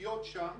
לחיות שם.